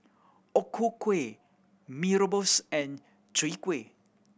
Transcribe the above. O Ku Kueh Mee Rebus and Chwee Kueh